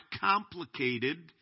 complicated